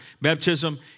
Baptism